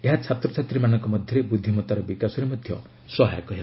ଏହା ଛାତ୍ରଛାତ୍ରୀମାନଙ୍କ ମଧ୍ୟରେ ବୃଦ୍ଧିମତାର ବିକାଶରେ ମଧ୍ୟ ସହାୟକ ହେବ